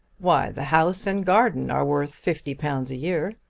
why, the house and garden are worth fifty pounds a year.